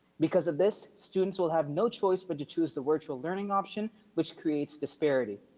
because of this, students will have no choice but to choose the virtual learning option, which creates disparity.